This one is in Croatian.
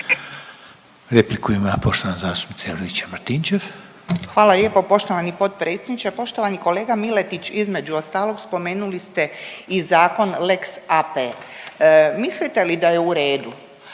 **Juričev-Martinčev, Branka (HDZ)** Hvala lijepo poštovani potpredsjedniče. Poštovani kolega Miletić, između ostalog spomenuli ste i Zakon lex AP. Mislite li da je u redu